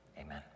Amen